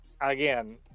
again